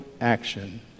action